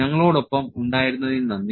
ഞങ്ങളോടൊപ്പം ഉണ്ടായിരുന്നതിന് നന്ദി